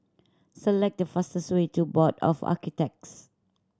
select the fastest way to Board of Architects